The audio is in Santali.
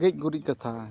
ᱜᱮᱡ ᱜᱩᱨᱤᱡ ᱠᱟᱛᱷᱟ